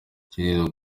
ikindi